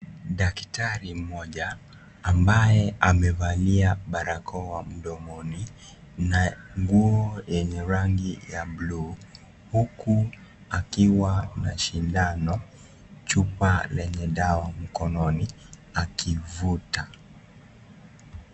Daktari mmoja ambaye amevalia barakoa mdomoni na nguo yenye rangi ya bulu huku akiwa na shindano, chupa lenye dawa mkononi akivuta.